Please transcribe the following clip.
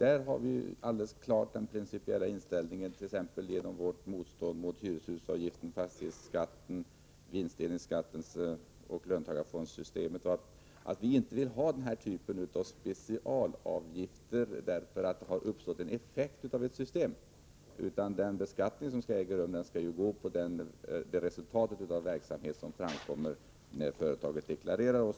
Där har vi den alldeles klara principiella inställningen — vilken vi visat t.ex. genom vårt motstånd mot hyreshusavgiftssystem, fastighetsskatte-, vinstdelningsskatteoch löntagarfondssystem — att vi inte vill ha den här typen av specialskatter. Den beskattning som skall äga rum skall baseras på det resultat av verksamheten som företagen uppvisar vid deklaration.